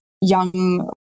young